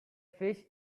fish